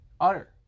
utter